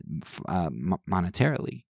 monetarily